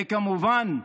וכמובן,